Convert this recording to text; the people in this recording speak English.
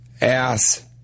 ass